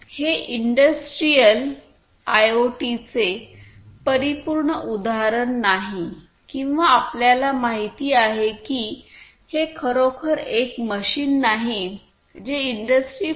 हे इंडस्ट्रियल आयओटीचे परिपूर्ण उदाहरण नाही किंवा आपल्याला माहिती आहे की हे खरोखर एक मशीन नाही जे इंडस्ट्री 4